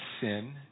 sin